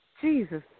Jesus